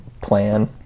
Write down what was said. plan